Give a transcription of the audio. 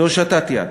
זה הושטת יד.